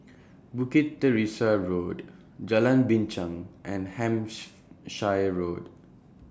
Bukit Teresa Road Jalan Binchang and Hampshire Road